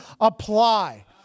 apply